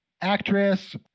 actress